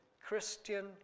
Christian